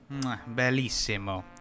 bellissimo